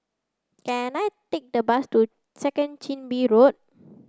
can I take the bus to Second Chin Bee Road